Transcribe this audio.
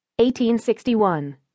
1861